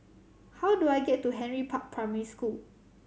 how do I get to Henry Park Primary School